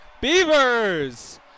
Beavers